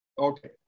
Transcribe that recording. Okay